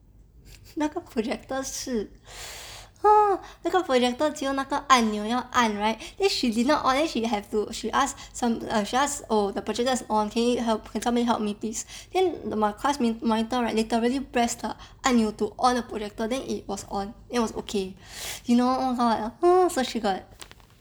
那个 projector 是 ha 那个 projector 只有那个按钮要按 right then she did not 按 then she have to she ask she ask oh the projector is on can you somebody help me please then my class monitor right literally press like 按钮 to on the projector then it was on it was okay you know or not oh so she got